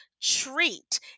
treat